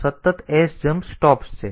તેથી તે સતત sjmp સ્ટોપ્સ છે